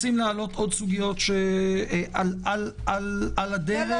רוצים להעלות עוד סוגיות על הדרך בסדר.